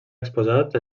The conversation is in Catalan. exposat